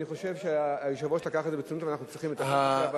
אני חושב שהיושב-ראש לקח את זה לתשומת הלב ואנחנו צריכים לטכס עצה.